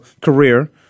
career